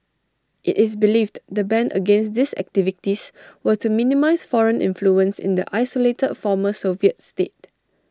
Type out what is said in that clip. IT is believed the ban against these activities were to minimise foreign influence in the isolated former Soviet state